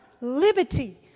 liberty